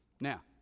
Now